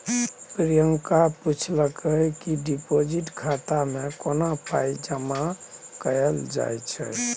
प्रियंका पुछलकै कि डिपोजिट खाता मे कोना पाइ जमा कयल जाइ छै